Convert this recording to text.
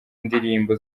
ndirimbo